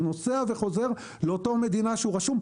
הוא נוסע וחוזר לאותה מדינה שהוא רשום.